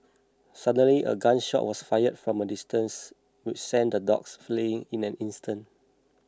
suddenly a gun shot was fired from a distance which sent the dogs fleeing in an instant